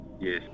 Yes